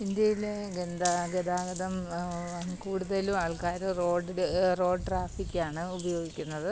ഇന്ത്യയിലെ ഗതാഗതം കൂടുതലും ആൾക്കാർ റോഡ്ടേ റോഡ് ട്രാഫിക്കാണ് ഉപയോഗിക്കുന്നത്